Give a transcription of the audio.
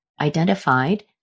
identified